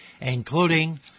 including